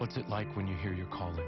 what's it like when you hear you call